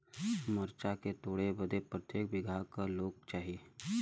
मरचा के तोड़ बदे प्रत्येक बिगहा क लोग चाहिए?